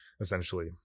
essentially